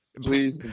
Please